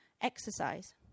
exercise